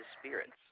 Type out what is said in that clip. spirits